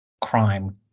crime